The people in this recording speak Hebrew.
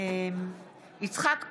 יצחק פינדרוס,